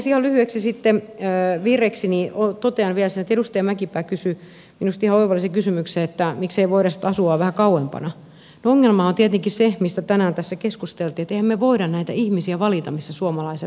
ihan lyhyesti virreksi sitten totean vielä sen kun edustaja mäkipää kysyi minusta ihan oivallisen kysymyksen että miksei voida sitten asua vähän kauempana että ongelmahan on tietenkin se mistä tänään tässä keskusteltiin että emmehän me voi valita sitä missä suomalaiset asuvat